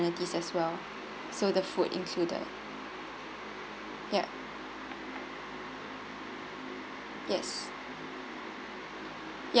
amenities as well so the food included ya yes ya